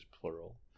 plural